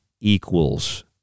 equals